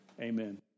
amen